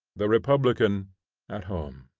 the republican at home.